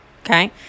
Okay